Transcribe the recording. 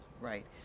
right